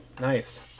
nice